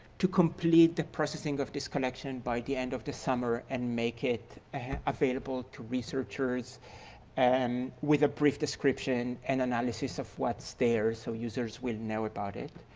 complete the processing of this collection by the end of the summer and make it available to researchers and with a brief description and analysis of what's there so users will know about it.